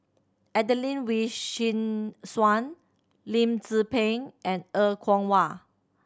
Adelene Wee Chin Suan Lim Tze Peng and Er Kwong Wah